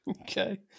Okay